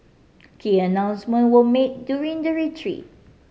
key announcement were made during the retreat